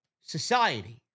Society